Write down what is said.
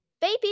Baby